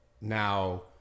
now